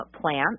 plants